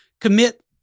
commit